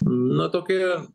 na tokie